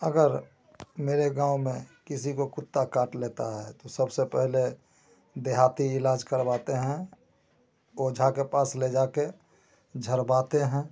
अगर मेरे गाँव में किसी को कुत्ता काट लेता है तो सबसे पहले देहाती इलाज़ करवाते हैं ओझा के पास ले जाकर झड़वाते हैं